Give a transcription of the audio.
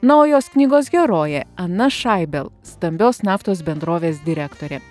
na o jos knygos herojė ana šaibel stambios naftos bendrovės direktorė